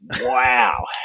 wow